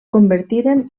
convertiren